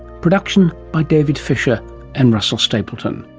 production by david fisher and russell stapleton,